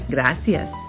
Gracias